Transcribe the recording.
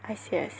I see I see